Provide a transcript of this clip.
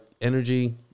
energy